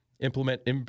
implement